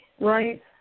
right